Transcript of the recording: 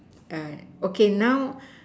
alright okay now